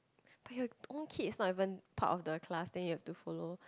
but your own kids not even part of the class then you have to follow